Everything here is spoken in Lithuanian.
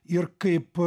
ir kaip